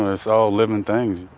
it's all living things.